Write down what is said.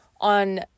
on